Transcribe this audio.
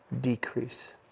decrease